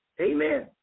Amen